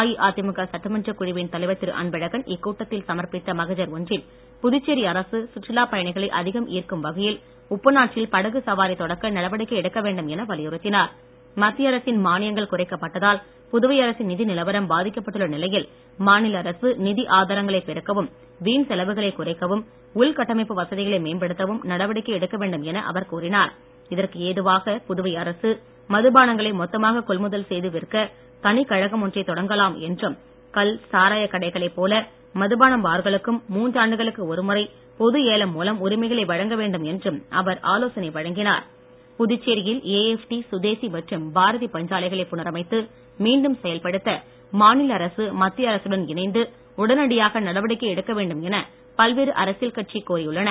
அஇஅதிமுக சட்டமன்றக் குழுவின் தலைவர் திரு அன்பழகன் இக்கூட்டத்தில் சமர்ப்பித்த மகஜர் ஒன்றில் புதுச்சேரி அரசு சுற்றுலா பயணிகளை அதிகம் ஈர்க்கும் வகையில் உப்பனாற்றில் படகு சவாரி தொடக்க நடவடிக்கை எடுக்க வேண்டும் என வலியுறுத்தினார் மத்திய அரசின் மானியங்கள் குறைக்கப்பட்டதால் புதுவை அரசின் நிதி நிலவரம் பாதிக்கப்பட்டுள்ள நிலையில் மாநில அரசு நிதி ஆதாரங்களை பெருக்கவும் வீண் செலவுகளை குறைக்கவும் உள்கட்டமைப்பு வசதிகளை மேம்படுத்தவும் நடவடிக்கை எடுக்க வேண்டும் என அவர் கூறினார் இதற்கு ஏதுவாக புதுவை அரசு மதுபானங்களை மொத்தமாக கொள்முதல் செய்து விற்க தனி கழகம் ஒன்றை தொடக்கலாம் என்றும் கள் சாராயக் கடைகளைப் போல மதுபான பார்களுக்கும் மூன்றாண்டுகளுக்கு ஒருமுறை பொது ஏலம் மூலம் உரிமைகளை வழங்க வேண்டும் என்றும் அவர் ஆலோசனை வழங்கினார் புதுச்சேரியில் ஏஎப்டி சுதேசி மற்றும் பாரதி பஞ்சாலைகளை புனரமைத்து மீண்டும் செயல்படுத்த மாநில அரசு மத்திய அரசுடன் இணைந்து உடனடியாக நடவடிக்கை எடுக்க வேண்டும் என பல்வேறு அரசியல் கட்சிகள் கோரியுள்ளன